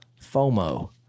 FOMO